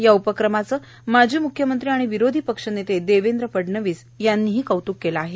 या उपक्रमाचं माजी म्ख्यमंत्री आणि विरोधी पक्ष नेते देवेंद्र फडणवीस यांनी कौत्क केलं आहे